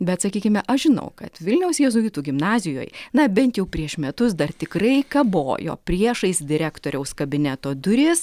bet sakykime aš žinau kad vilniaus jėzuitų gimnazijoj na bent jau prieš metus dar tikrai kabojo priešais direktoriaus kabineto duris